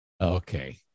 Okay